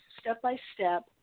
step-by-step